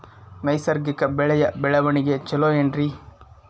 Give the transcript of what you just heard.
ನೈಸರ್ಗಿಕ ಬೆಳೆಯ ಬೆಳವಣಿಗೆ ಚೊಲೊ ಏನ್ರಿ?